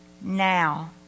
now